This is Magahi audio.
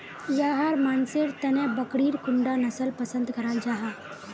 याहर मानसेर तने बकरीर कुंडा नसल पसंद कराल जाहा?